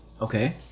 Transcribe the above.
Okay